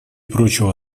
прочего